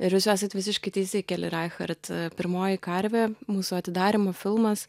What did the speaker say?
ir jūs esat visiškai teisi keli raichart pirmoji karvė mūsų atidarymo filmas